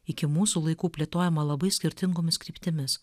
iki mūsų laikų plėtojama labai skirtingomis kryptimis